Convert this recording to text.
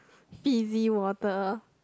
fizzy water